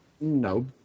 No